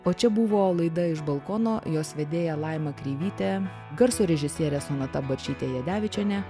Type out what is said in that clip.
o čia buvo laida iš balkono jos vedėja laima kreivytė garso režisierė sonata barčytė jadevičienė